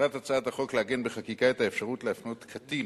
מטרת הצעת החוק היא לעגן בחקיקה את האפשרות להפנות קטין